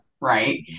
right